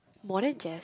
modern jazz